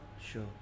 sure